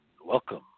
welcome